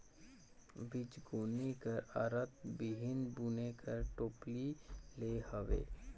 बीजगोनी कर अरथ बीहन बुने कर टोपली ले हवे